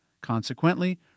Consequently